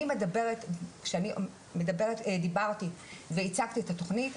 כשאני דיברתי והצגתי את התוכנית,